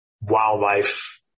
wildlife